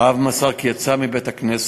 האב מסר כי יצא מבית-הכנסת,